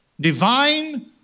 Divine